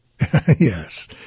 Yes